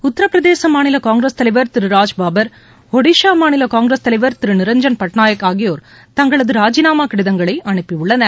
உத்தரப்பிரதேச மாநில காங்கிரஸ் தலைவர் திரு ராஜ் பாபர் இடிஷா மாநில காங்கிரஸ் தலைவர் திரு நிரஞ்சன் பட்நாயக் ஆகியோர் தங்களது ராஜினாமா கடிதங்களை அனுப்பியுள்ளனர்